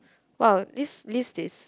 !wow! this list is